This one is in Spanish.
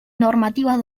normativas